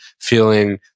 feeling